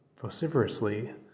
vociferously